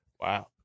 Wow